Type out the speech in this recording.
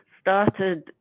started